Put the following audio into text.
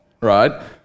right